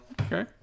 Okay